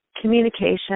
communication